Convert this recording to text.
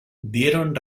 dieron